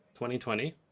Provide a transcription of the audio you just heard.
2020